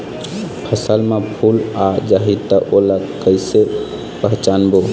फसल म फूल आ जाही त ओला कइसे पहचानबो?